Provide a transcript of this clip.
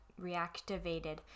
reactivated